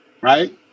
Right